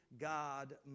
God